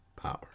power